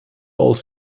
aus